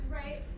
right